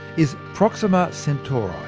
is proxima centauri,